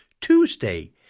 Tuesday